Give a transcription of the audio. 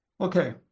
Okay